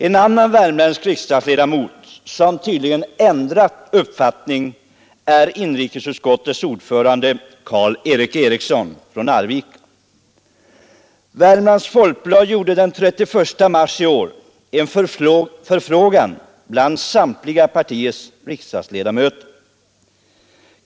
En annan värmländsk riksdagsledamot, som tydligen ändrat uppfattning, är inrikesutskottets ordförande Karl Erik Eriksson från Arvika. Värmlands Folkblad gjorde den 31 mars i år en förfrågan bland samtliga partiers riksdagsledamöter.